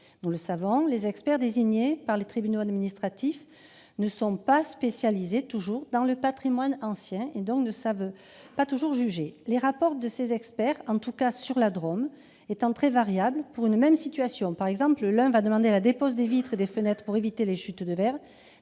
Nous le savons, les experts désignés par les tribunaux administratifs ne sont pas toujours spécialisés dans le patrimoine ancien et ne savent donc pas toujours juger. Les rapports de ces experts- en tout cas dans la Drôme -étant très variables pour une même situation- par exemple, l'un va demander la dépose des vitres des fenêtres pour éviter les chutes de verre,